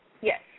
Yes